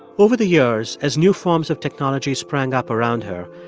over the years, as new forms of technology sprang up around her,